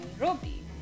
Nairobi